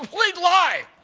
complete lie!